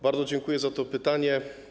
Bardzo dziękuję za to pytanie.